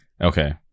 Okay